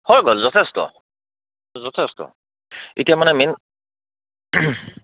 হয় গ'ল যথেষ্ট যথেষ্ট এতিয়া মানে মেইন